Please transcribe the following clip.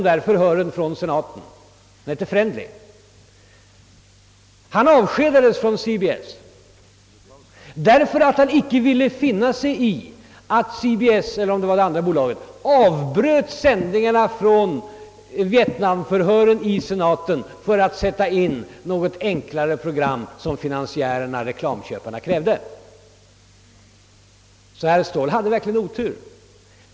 Han avskedades från sitt företag — om det nu var CBS eller något annat företag — därför att han inte ville finna sig i att man avbröt sändningarna om Vietnam-förhören i senaten för att i enlighet med reklamköparnas krav sätta in något enklare program. Herr Ståhl hade som sagt otur.